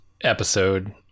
episode